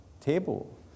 table